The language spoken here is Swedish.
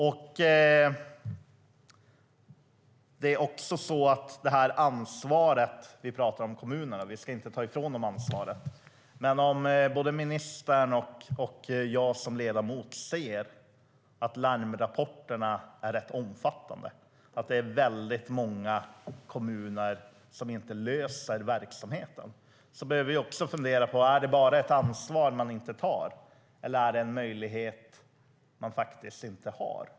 Vi pratar om ansvaret för kommunerna. Vi ska inte ta ifrån dem ansvaret. Men om både ministern och jag som ledamot ser att larmrapporterna är rätt omfattande, att det är väldigt många kommuner som inte löser verksamheten, då behöver vi också fundera: Är det ett ansvar som man inte tar, eller är det en möjlighet som man faktiskt inte har?